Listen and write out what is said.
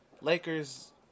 Lakers